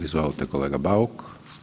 Izvolite kolega Bauk.